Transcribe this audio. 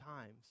times